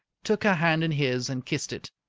took her hand in his and kissed it.